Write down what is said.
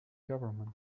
government